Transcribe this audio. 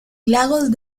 lagos